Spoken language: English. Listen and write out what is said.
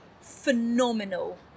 phenomenal